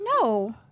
No